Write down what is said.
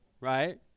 right